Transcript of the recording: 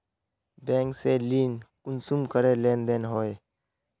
Bank से ऋण कुंसम करे लेन देन होए?